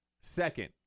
Second